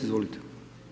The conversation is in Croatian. Izvolite.